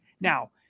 now